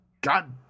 God